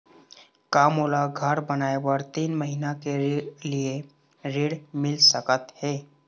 का मोला घर बनाए बर तीन महीना के लिए ऋण मिल सकत हे?